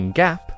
gap